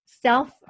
self